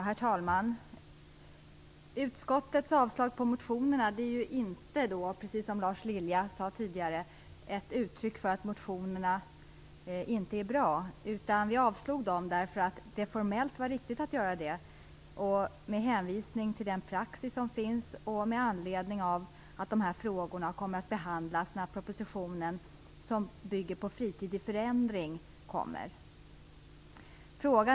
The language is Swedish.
Herr talman! Utskottets avslag på motionerna är inte ett uttryck för att dessa inte är bra, precis som Lars Lilja sade. De avslogs därför att det var formellt riktigt att göra så, med hänvisning till den praxis som finns, och med anledning av att frågorna kommer att behandlas när propositionen, som bygger på Fritid i förändring, kommer.